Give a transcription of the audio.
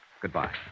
Goodbye